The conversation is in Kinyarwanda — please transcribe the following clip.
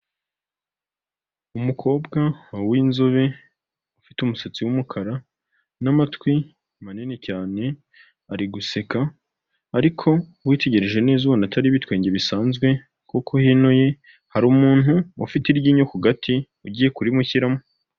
Umukobwa w'inzobe ufite umusatsi w'umukara n'amatwi manini cyane ari guseka, ariko witegereje neza ubona atari ibitwenge bisanzwe kuko heno ye hari umuntu ufite iryinyo ku gati ugiye kurimushyiramo.